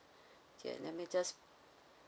okay let me just